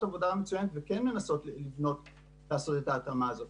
עבודה מצוינת וגן מנסות לעשות את ההתאמה הזאת.